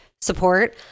support